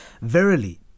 Verily